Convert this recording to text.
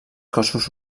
cossos